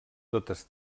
totes